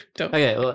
Okay